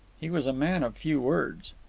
he was a man of few words.